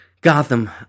Gotham